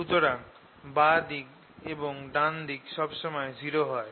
সুতরাং বাঁ দিক এবং ডান দিক সবসময় 0 হয়